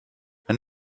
and